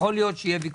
יכול להיות שלא,